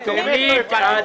למה זה